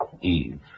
Eve